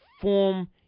form